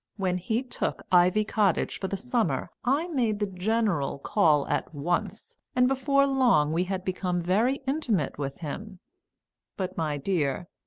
when he took ivy cottage for the summer i made the general call at once, and before long we had become very intimate with him but, my dear,